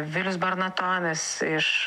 vilius bernatonis iš